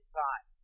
time